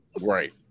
Right